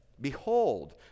behold